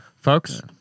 Folks